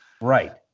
Right